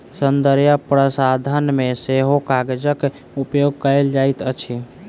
सौन्दर्य प्रसाधन मे सेहो कागजक उपयोग कएल जाइत अछि